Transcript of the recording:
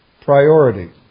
Priority